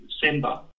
December